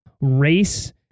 race